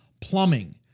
plumbing